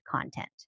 content